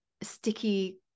sticky